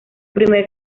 primer